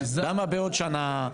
למה בעוד שנה?